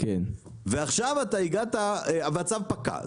ועכשיו אתה הגעת והצו פקע,